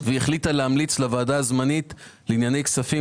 והיא החליטה להמליץ לוועדה הזמנית לענייני כספים